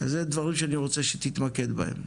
זה דברים שאני רוצה שתתמקד בהם.